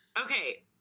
Okay